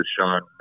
Sean